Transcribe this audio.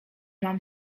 mam